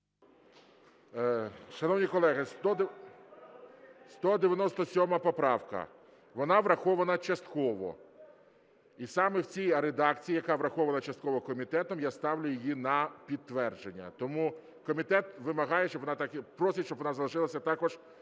Шановні колеги, 197 поправка. Вона врахована частково. І саме в цій редакції, яка врахована частково комітетом, я ставлю її на підтвердження. Тому комітет вимагає, щоб вона так… просить, щоб вона залишилась також